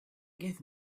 gave